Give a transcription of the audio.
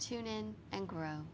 tune in and grow